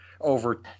over